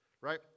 right